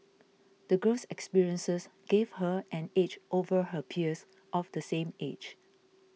the girl's experiences gave her an edge over her peers of the same age